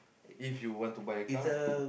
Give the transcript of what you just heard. if you want to buy a car lah